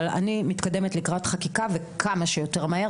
אבל אני מתקדמת לקראת חקיקה וכמה שיותר מהר.